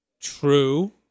True